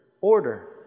order